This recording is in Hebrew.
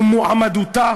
ומועמדותה